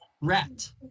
rat